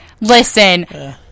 listen